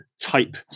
type